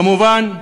כמובן,